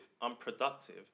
unproductive